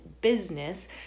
business